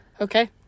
okay